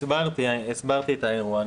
הסברתי את האירוע.